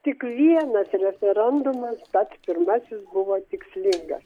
tik vienas referendumas tas pirmasis buvo tikslingas